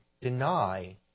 deny